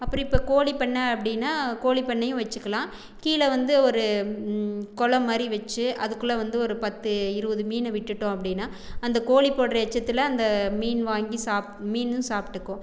அப்புறம் இப்போ கோழி பண்ணை அப்படினா கோழி பண்ணையும் வைச்சுக்கலாம் கீழே வந்து ஒரு குளம் மாதிரி வைச்சு அதுக்குள்ளே வந்து ஒரு பத்து இருபது மீனை விட்டுவிட்டோம் அப்படினா அந்த கோழி போடுகிற எச்சத்தில் அந்த மீன் வாங்கி சாப் மீனும் சாப்பிட்டுக்கும்